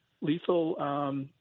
lethal